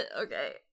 Okay